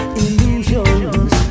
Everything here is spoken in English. illusions